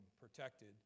protected